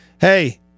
Hey